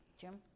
Jim